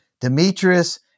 Demetrius